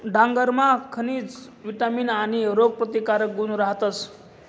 डांगरमा खनिज, विटामीन आणि रोगप्रतिकारक गुण रहातस